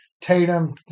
Tatum